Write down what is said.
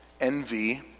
envy